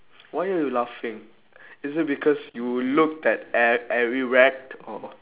why you laughing is it because you looked at at erect or